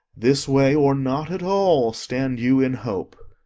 this way, or not at all, stand you in hope.